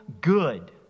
good